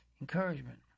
encouragement